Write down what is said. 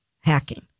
hacking